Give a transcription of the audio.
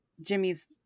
jimmy's